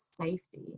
safety